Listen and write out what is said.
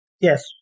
Yes